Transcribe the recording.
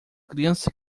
criança